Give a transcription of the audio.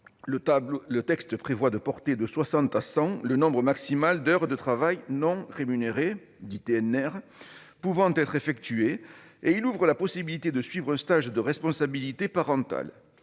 le texte prévoit de porter de soixante à cent le nombre maximal d'heures de travail non rémunéré (TNR) pouvant être effectuées et il ouvre la possibilité de suivre un stage de responsabilité parentale.